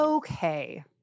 Okay